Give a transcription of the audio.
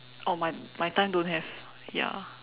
oh my my time don't have ya